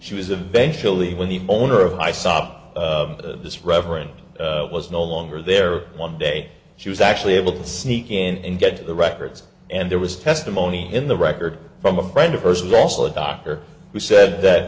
she was eventually when the owner of my stop this reverend was no longer there one day she was actually able to sneak in and get the records and there was testimony in the record from a friend of hers and also a doctor who said that